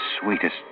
sweetest